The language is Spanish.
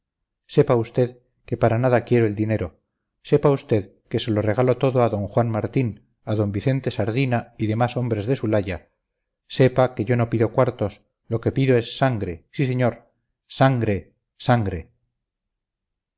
sepa usted que para nada quiero el dinero sepa usted que se lo regalo todo a d juan martín a d vicente sardina y demás hombres de su laya sepa que yo no pido cuartos lo que pido es sangre sí señor sangre sangre